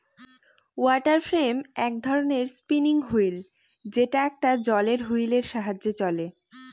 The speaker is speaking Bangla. ওয়াটার ফ্রেম এক ধরনের স্পিনিং হুইল যেটা একটা জলের হুইলের সাহায্যে চলে